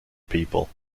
people